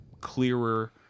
clearer